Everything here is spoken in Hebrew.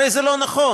הרי זה לא נכון.